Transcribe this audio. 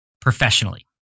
professionally